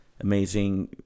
amazing